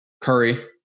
Curry